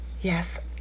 Yes